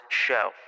show